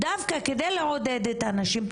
דווקא על מנת לעודד את הנשים,